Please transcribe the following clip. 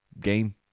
game